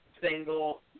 single